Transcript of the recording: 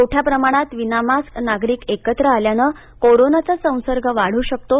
मोठ्या प्रमाणात विनामास्क नागरिक एकत्र आल्यानं कोरोनाचा संसर्ग वाढू शकतो